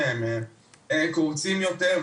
שהם קורצים יותר,